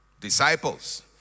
Disciples